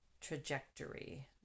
trajectory